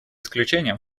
исключением